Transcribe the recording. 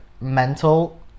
mental